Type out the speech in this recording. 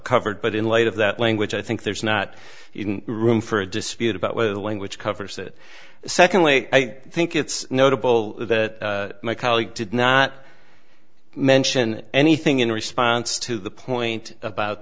covered but in light of that language i think there's not even room for a dispute about whether the language covers it secondly i think it's notable that my colleague did not mention anything in response to the point about